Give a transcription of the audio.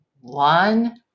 One